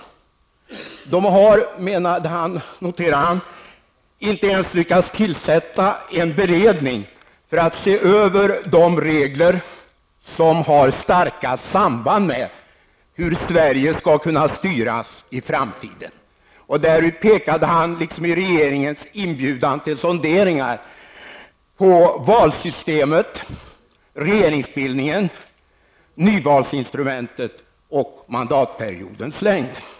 De har, noterade han, inte ens lyckats tillsätta en beredning för att se över de regler som har starkast samband med frågan om hur Sverige skall kunna styras i framtiden. Han pekade då, liksom regeringen gjorde i sin inbjudan till sonderingar, på de frågor som gäller valsystemet, regeringsbildningen, nyvalsinstrumentet och mandatperiodens längd.